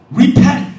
repent